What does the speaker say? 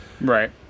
right